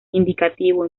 indicativo